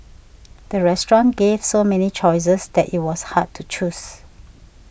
the restaurant gave so many choices that it was hard to choose